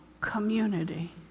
community